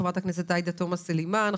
חברת הכנסת עאידה תומא סלימאן,